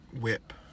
whip